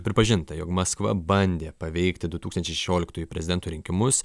pripažinta jog maskva bandė paveikti du tūkstančiai šešioliktųjų prezidento rinkimus